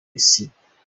isinywa